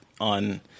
on